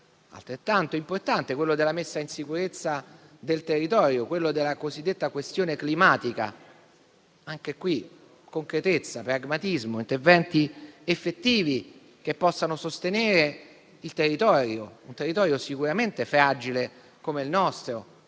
altrettanto importanti della messa in sicurezza del territorio e della cosiddetta questione climatica, anche qui, con concretezza e pragmatismo, nonché interventi effettivi che possano sostenere un territorio sicuramente fragile come il nostro,